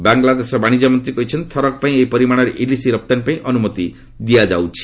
ବାଂଲାଦେଶର ବାଣିଜ୍ୟ ମନ୍ତ୍ରୀ କହିଛନ୍ତି ଥରକ ପାଇଁ ଏହି ପରିମାଣର ଇଲିସ୍ ରପ୍ତାନୀ ପାଇଁ ଅନୁମତି ଦିଆଯାଇଛି